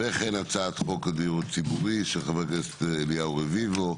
וכן הצעת חוק הדיור הציבורי של חבר הכנסת אליהו רביבו,